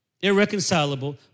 Irreconcilable